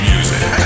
Music